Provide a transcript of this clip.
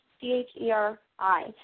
C-H-E-R-I